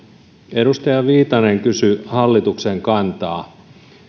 edustaja viitanen kysyi hallituksen kantaa